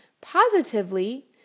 positively